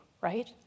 right